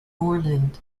moreland